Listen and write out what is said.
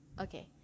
Okay